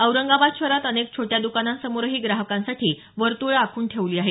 औरंगाबाद शहरात अनेक छोट्या द्कानांसमोरही ग्राहकांसाठी वर्तृळं आखून ठेवली आहेत